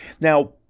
Now